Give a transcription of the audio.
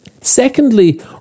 Secondly